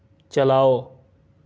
چَلاؤ